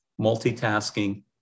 multitasking